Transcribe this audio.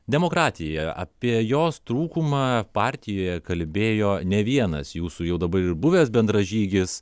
demokratija apie jos trūkumą partijoje kalbėjo ne vienas jūsų jau dabar ir buvęs bendražygis